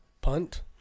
Punt